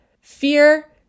Fear